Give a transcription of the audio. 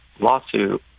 lawsuit